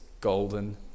golden